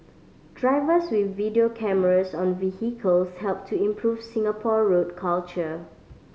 drivers with video cameras on vehicles help to improve Singapore road culture